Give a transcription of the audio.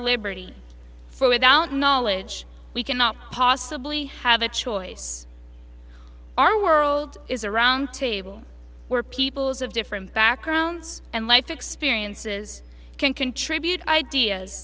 liberty for without knowledge we cannot possibly have a choice our world is a round table where peoples of different backgrounds and life experiences can contribute ideas